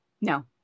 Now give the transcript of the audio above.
No